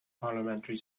parliamentary